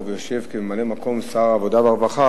ויושב כממלא-מקום שר העבודה והרווחה,